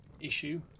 issue